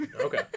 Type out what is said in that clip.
Okay